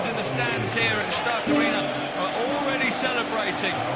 the stands here at stark arena are already celebrating.